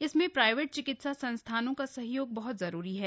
इसमें प्राइवेट चिकित्सा संस्थानों का सहयोग बहत जरूरी है